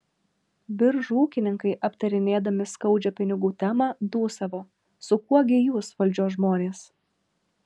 biržų ūkininkai aptarinėdami skaudžią pinigų temą dūsavo su kuo gi jūs valdžios žmonės